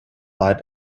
light